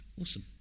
Awesome